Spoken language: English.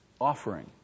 offering